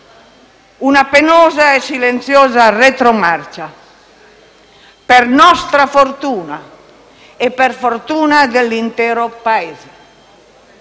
una penosa e silenziosa retromarcia, per nostra fortuna e per fortuna dell'intero Paese.